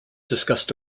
discussed